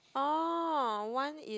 orh one is